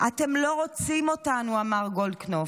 "אתם לא רוצים אותנו", אמר גולדקנופ.